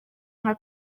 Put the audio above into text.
nka